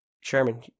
sherman